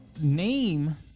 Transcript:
Name